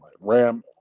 ram